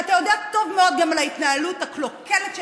ואתה יודע טוב מאוד גם על ההתנהלות הקלוקלת שלכם,